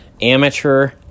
amateur